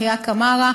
אחיה קמארה,